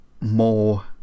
more